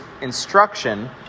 instruction